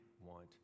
want